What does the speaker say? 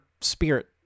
spirit